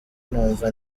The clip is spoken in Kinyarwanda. numva